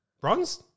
Bronze